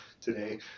today